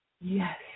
Yes